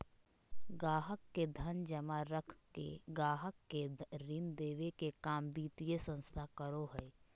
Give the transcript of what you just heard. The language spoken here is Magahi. गाहक़ के धन जमा रख के गाहक़ के ऋण देबे के काम वित्तीय संस्थान करो हय